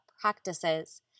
practices